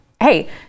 hey